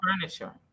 furniture